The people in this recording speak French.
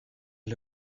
est